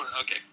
Okay